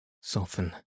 soften